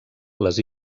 les